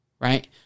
right